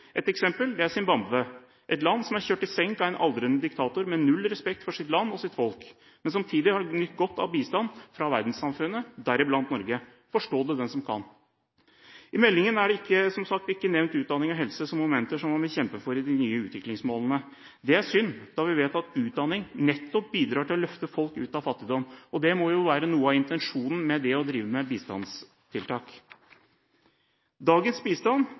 Et eksempel er Zimbabwe, et land som er kjørt i senk av en aldrende diktator med null respekt for sitt land og sitt folk, men som samtidig har nytt godt av bistand fra verdenssamfunnet, deriblant Norge. Forstå det den som kan. I meldingen er det som sagt ikke nevnt utdanning og helse som momenter som man vil kjempe for i de nye utviklingsmålene. Det er synd, da vi vet at utdanning nettopp bidrar til å løfte folk ut av fattigdom, og det må jo være noe av intensjonen med det å drive med bistandstiltak. Dagens bistand